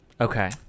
Okay